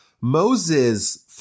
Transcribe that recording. Moses